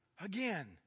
again